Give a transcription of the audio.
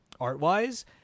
art-wise